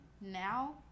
now